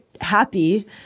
happy